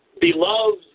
beloved